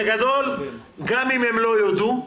בגדול, גם אם לא יודו,